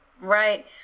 Right